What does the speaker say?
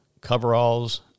coveralls